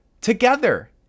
together